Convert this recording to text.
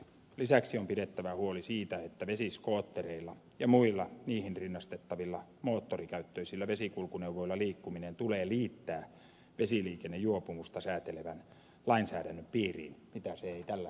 lisäksi on pidettävä huoli siitä että vesiskoottereilla ja muilla niihin rinnastettavilla moottorikäyttöisillä vesikulkuneuvoilla liikkuminen tulee liittää vesiliikennejuopumusta säätelevän lainsäädännön piiriin missä se ei tällä hetkellä ole